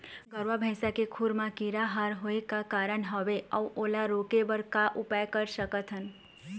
गरवा भैंसा के खुर मा कीरा हर होय का कारण हवए अऊ ओला रोके बर का उपाय कर सकथन?